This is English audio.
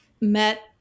met